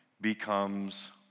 becomes